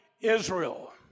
Israel